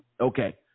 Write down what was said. Okay